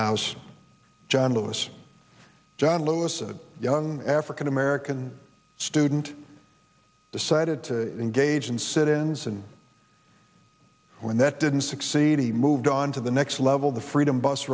house john lewis john lewis a young african american student decided to engage in sit ins and when that didn't succeed he moved on to the next level the freedom bus